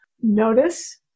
notice